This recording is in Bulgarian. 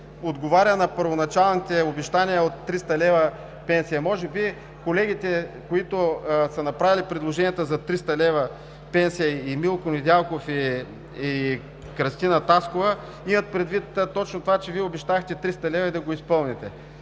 отговарят на първоначалните Ви обещания от 300 лв. пенсия? Може би колегите, които са направили предложенията за 300 лв. пенсия – Милко Недялков и Кръстина Таскова, имат предвид точно това, че Вие обещахте 300 лв. и да го изпълните.